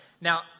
Now